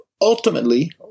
ultimately